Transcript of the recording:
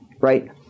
right